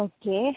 okay